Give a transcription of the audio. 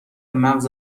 مغز